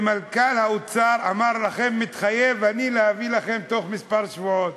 ומנכ"ל האוצר אמר לכם: מתחייב אני להביא לכם בתוך כמה שבועות.